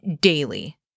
daily